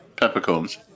peppercorns